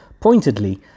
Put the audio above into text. Pointedly